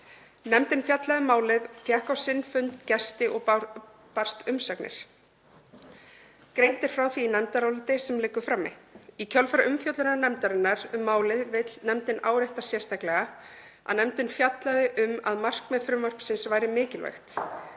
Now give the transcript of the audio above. Nefndin fjallaði um málið og fékk á sinn fund gesti og bárust umsagnir. Greint er frá því í nefndaráliti sem liggur frammi. Í kjölfar umfjöllunar nefndarinnar um málið vill nefndin árétta sérstaklega að nefndin fjallaði um að markmið frumvarpsins væri mikilvægt,